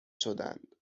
شدند